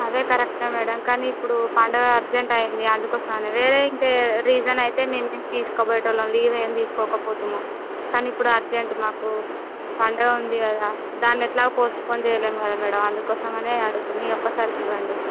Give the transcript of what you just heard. అదే కరెక్టే మేడం కానీ ఇప్పుడు పండగ అర్జెంటు అయింది అందుకోసమే వేరే ఇంకా రీజన్ అయితే మేము ఏమి తీసుకోబోయేవాళ్ళం లీవ్ ఏం తీసుకోకపోతుము కానీ ఇపుడు అర్జెంటు మాకు పండగ ఉంది కదా దాన్ని ఎట్లాగో పోస్టుపోన్ చేయలేము కదా మేడం అందుకోసమనే అడుగుతున్న ఈ ఒక్కసారికి ఇవ్వండి